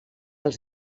els